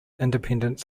independent